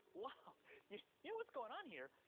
ah yeah you know what's going on here,